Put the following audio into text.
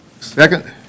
Second